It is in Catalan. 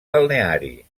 balneari